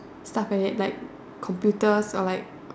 stuff like that like computers or like